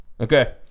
Okay